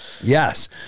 Yes